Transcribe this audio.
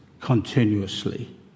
continuously